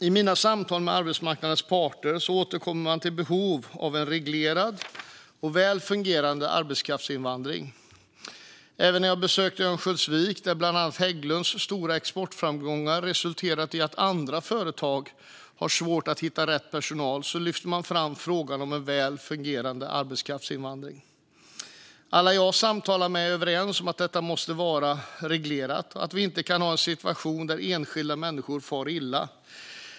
I mina samtal med arbetsmarknadens parter återkommer man till behovet av en reglerad och väl fungerande arbetskraftsinvandring. Även när jag besökte Örnsköldsvik, där bland annat Hägglunds stora exportframgångar resulterar i att andra företag har svårt att hitta rätt personal, lyfte man fram frågan om väl fungerande arbetskraftsinvandring. Alla som jag samtalat med är överens om att detta måste vara reglerat och att vi inte kan ha en situation där enskilda människor far illa.